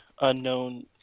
unknown